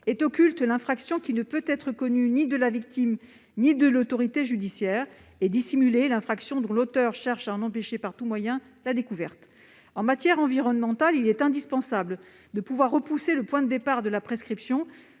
Est occulte l'infraction qui ne peut être connue ni de la victime ni de l'autorité judiciaire. Est dissimulée l'infraction dont l'auteur cherche à en empêcher, par tous moyens, la découverte. En matière environnementale, il est indispensable de pouvoir repousser le point de départ de la prescription,